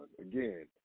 Again